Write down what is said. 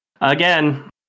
Again